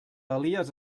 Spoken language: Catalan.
elies